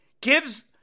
Gives